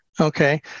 Okay